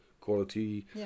quality